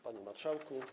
Panie Marszałku!